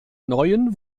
neuen